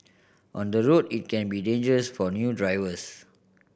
on the road it can be dangerous for new drivers